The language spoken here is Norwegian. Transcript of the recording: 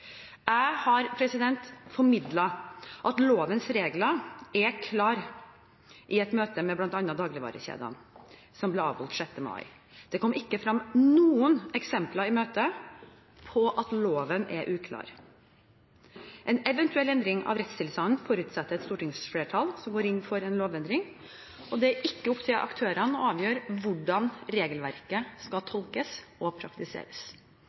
Jeg har formidlet at lovens regler er klare, i et møte med bl.a. dagligvarekjedene, som ble avholdt 6. mai. Det kom ikke frem noen eksempler i møtet på at loven er uklar. En eventuell endring av rettstilstanden forutsetter et stortingsflertall som går inn for en lovendring, og det er ikke opp til aktørene å avgjøre hvordan regelverket skal tolkes og praktiseres.